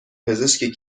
پزشکی